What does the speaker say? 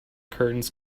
curtains